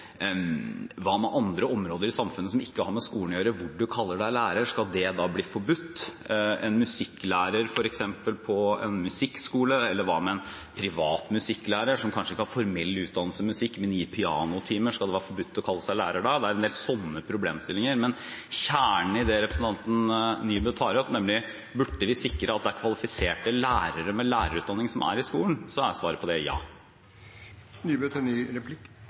andre områder i samfunnet, som ikke har med skolen å gjøre, hvor man kaller seg lærer. Skal det da bli forbudt? Hva med en musikklærer på en musikkskole eller en privat musikklærer, som kanskje ikke har formell utdannelse i musikk, men som gir pianotimer? Skal det være forbudt å kalle seg lærer da? Det er en del slike problemstillinger. Men kjernen i det som representanten Nybø tar opp, er: Burde vi sikre at det er kvalifiserte lærere med lærerutdanning som er i skolen? Svaret på det er ja.